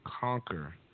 conquer